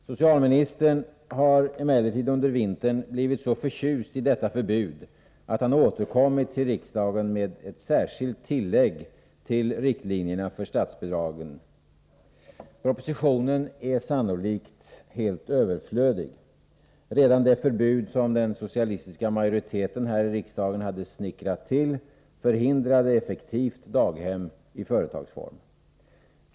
Socialministern har under vintern blivit så förtjust i detta förbud att han återkommit till riksdagen med ett särskilt tillägg till riktlinjerna för statsbidragsgivningen. Propositionen är sannolikt helt överflödig. Redan det förbud som den socialistiska majoriteten här i riksdagen hade snickrat till förhindrade effektivt daghem i företagsform.